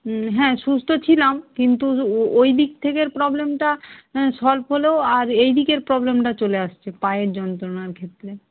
হ্যাঁ সুস্থ ছিলাম কিন্তু ওই দিক থেকের প্রবলেমটা সলভ হলেও আর এই দিকের প্রবলেমটা চলে আসছে পায়ের যন্ত্রণার ক্ষেত্রে